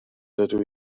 dydw